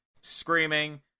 screaming